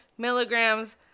Milligrams